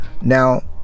now